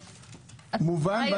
מובן.